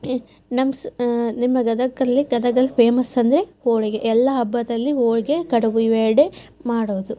ನಮ್ಮ ನಿಮ್ಮ ಗದಗಲ್ಲಿ ಗದಗಲ್ಲಿ ಫೇಮಸ್ ಅಂದರೆ ಹೋಳಿಗೆ ಎಲ್ಲ ಹಬ್ಬದಲ್ಲಿ ಹೋಳಿಗೆ ಕಡಬು ಇವು ಎರಡೇ ಮಾಡೋದು